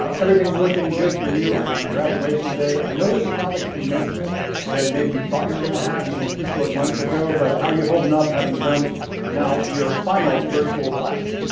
ah everything looking good for you on graduation day. i know this is not the commencement that maybe you thought you gonna have, even a few short months ago, but how are you holding up having done now your final virtual class?